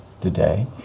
today